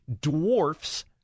dwarfs